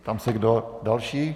Ptám se, kdo další.